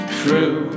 true